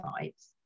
sites